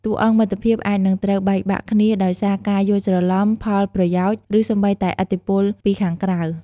តួអង្គមិត្តភក្តិអាចនឹងត្រូវបែកបាក់គ្នាដោយសារការយល់ច្រឡំ ផលប្រយោជន៍ ឬសូម្បីតែឥទ្ធិពលពីខាងក្រៅ។